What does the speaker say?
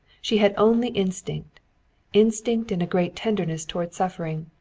she had only instinct instinct and a great tenderness toward suffering.